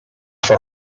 for